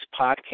podcast